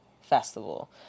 Festival